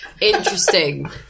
Interesting